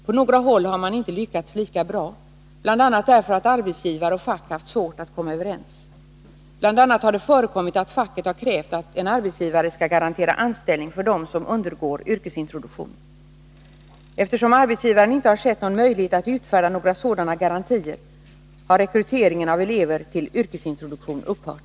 På några håll har man inte lyckats lika bra, t.ex. därför att arbetsgivare och fack haft svårt att komma överens. Bl. a. har det förekommit att facket har krävt att en arbetsgivare skall garantera anställning för dem som undergår yrkesintroduktion. Eftersom arbetsgivaren inte har sett någon möjlighet att utfärda några sådana garantier har rekryteringen av elever till yrkesintroduktion upphört.